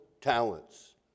talents